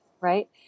right